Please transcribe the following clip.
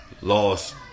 lost